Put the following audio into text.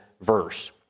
verse